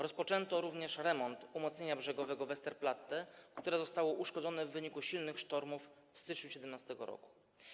Rozpoczęto również remont umocnienia brzegowego Westerplatte, które zostało uszkodzone w wyniku silnych sztormów w styczniu 2017 r.